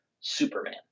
Superman